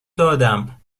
دادم